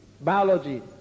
Biology